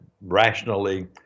rationally